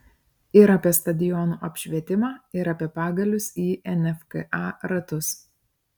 ir apie stadionų apšvietimą ir apie pagalius į nfka ratus